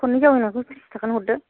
खननै जावैनायखौ थ्रिस थाखानि हरदो